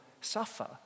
suffer